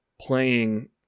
playing